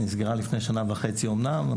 שנסגרה לפני שנה וחצי אמנם.